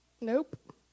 Nope